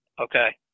Okay